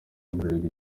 bralirwa